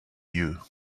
you